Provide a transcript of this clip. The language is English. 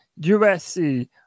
USC